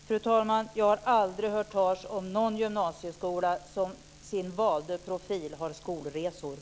Fru talman! Jag har aldrig hört talas om någon gymnasieskola som har skolresor som sin valda profil.